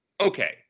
Okay